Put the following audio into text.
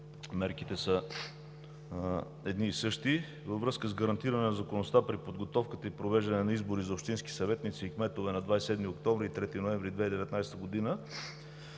мерките са едни и същи, във връзка с гарантиране на законността при подготовката и провеждането на избори за общински съветници и кметове на 27 октомври и 3 ноември 2019 г.,